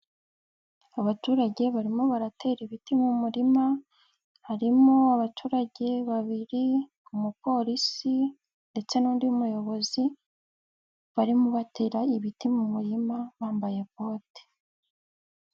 Abaturage barimo baratera ibiti mu murima, harimo abaturage babiri, umupolisi ndetse n'undi muyobozi, barimo batera ibiti mu murima bambaye bote.